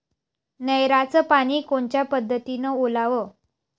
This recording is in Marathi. नयराचं पानी कोनच्या पद्धतीनं ओलाव?